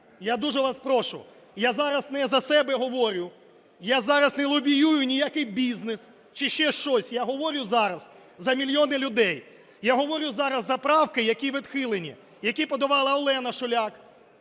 я дуже вас прошу. Я зараз не за себе говорю, я зараз не лобіюю ніякий бізнес чи ще щось, я говорю зараз за мільйони людей. Я говорю зараз за правки, які відхилені, які подавала Олена Шуляк,